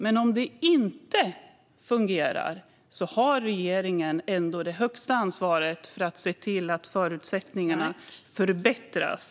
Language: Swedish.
Men om det inte fungerar har regeringen ändå det högsta ansvaret för att se till att förutsättningarna förbättras.